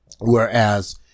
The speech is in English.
Whereas